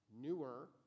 newer